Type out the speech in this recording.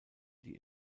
die